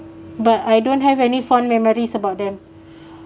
but I don't have any fond memories about them